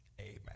Amen